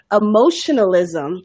emotionalism